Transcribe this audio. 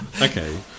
Okay